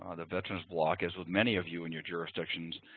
ah the veterans block, as with many of you in your jurisdictions,